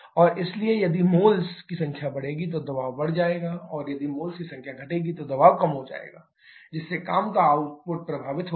और इसलिए यदि मोल्स की संख्या बढ़ेगी तो दबाव बढ़ जाता है और यदि मोल्स की संख्या घटेगी दबाव कम हो जाएगा जिससे काम का आउटपुट प्रभावित होगा